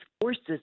forces